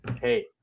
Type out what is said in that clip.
Hey